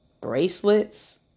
bracelets